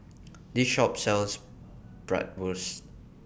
This Shop sells Bratwurst